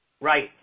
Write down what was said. Right